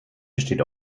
besteht